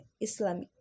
Islamic